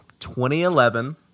2011